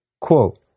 Quote